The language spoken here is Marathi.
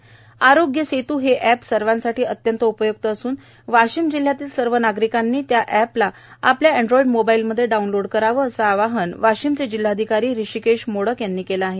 आरोग्य सेतू हे अॅप सर्वांसाठी अत्यंत उपय्क्त असून वाशीम जिल्ह्यातील सर्व नागरिकांनी आरोग्य सेतू एप आपल्या ऍन्ड्रॉईड मोबाईलमध्ये डाऊनलोड करावे असे आवाहन वाशीम चे जिल्हाधिकारी हृषीकेश मोडक यांनी केले आहे